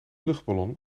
luchtballon